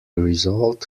result